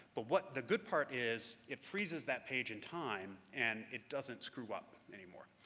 but what the good part is, it freezes that page in time and it doesn't screw up anymore.